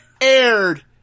aired